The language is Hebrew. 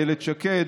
איילת שקד: